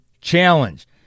challenge